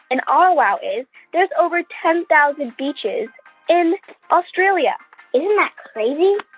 and our wow is there's over ten thousand beaches in australia isn't that crazy?